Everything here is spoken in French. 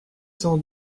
cent